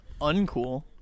uncool